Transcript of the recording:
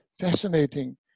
fascinating